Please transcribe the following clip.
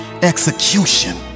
Execution